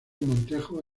montejo